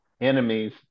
enemies